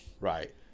Right